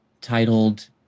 titled